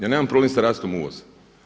Ja nemam problem sa rastom uvoza.